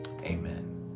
Amen